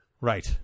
Right